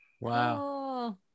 Wow